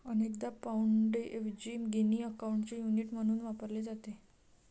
अनेकदा पाउंडऐवजी गिनी अकाउंटचे युनिट म्हणून वापरले जाते